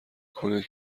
کنید